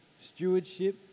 stewardship